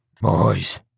Boys